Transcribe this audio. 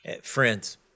Friends